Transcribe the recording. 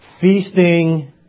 feasting